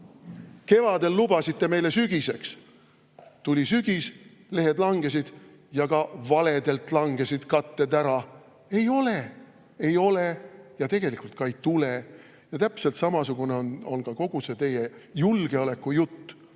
Kevadel lubasite meile sügiseks, tuli sügis, lehed langesid – ja ka valedelt langesid katted ära. Ei ole! Ei ole ja tegelikult ka ei tule. Täpselt samasugune on ka kogu see teie julgeolekujutt.